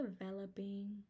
developing